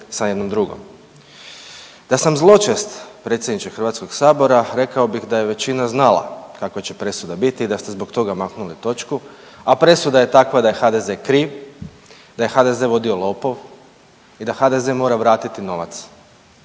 sa jednom drugom. Da sam zločest predsjedniče HS-a rekao bih da je većina znala kakva će presuda biti i da ste zbog toga maknuli točku, a presuda je takva da je HDZ kriv, da je HDZ vodio lopov i da HDZ mora vratiti novac,